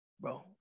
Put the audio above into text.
Bro